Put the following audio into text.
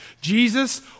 Jesus